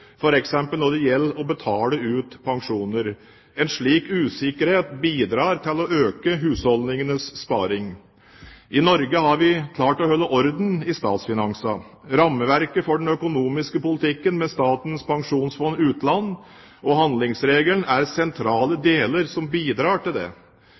f.eks. når det gjelder å betale ut pensjoner. En slik usikkerhet bidrar til å øke husholdningenes sparing. I Norge har vi klart å holde orden i statsfinansene. Rammeverket for den økonomiske politikken, med Statens pensjonsfond utland og handlingsregelen, er sentrale deler som bidrar til det.